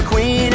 queen